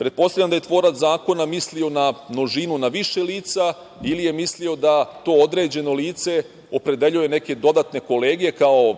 Pretpostavljam da je tvorac zakona mislio na množinu, na više lica, ili je mislio da to određeno lice opredeljuje neke dodatne kolege kao